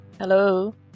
Hello